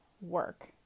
work